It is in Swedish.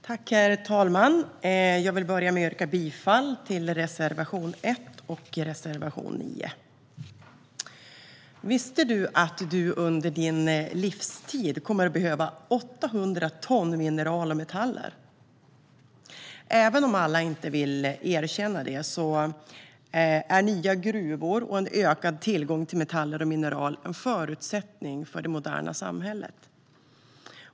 Herr talman! Jag vill börja med att yrka bifall till reservationerna 1 och 9. Visste du att du under din livstid kommer att behöva 800 ton mineraler och metaller? Även om inte alla vill erkänna det är nya gruvor och en ökad tillgång till metaller och mineraler är en förutsättning för det moderna samhället.